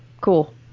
cool